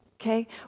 Okay